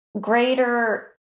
greater